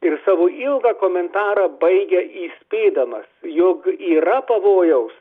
ir savo ilgą komentarą baigia įspėdamas jog yra pavojaus